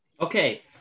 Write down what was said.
Okay